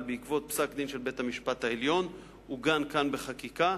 אבל בעקבות פסק-דין של בית-המשפט העליון עוגן כאן בחקיקה,